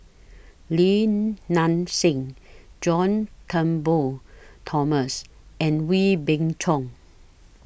Lim Nang Seng John Turnbull Thomson and Wee Beng Chong